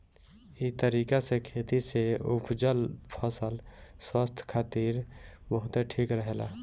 इ तरीका से खेती से उपजल फसल स्वास्थ्य खातिर बहुते ठीक रहेला